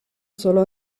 solo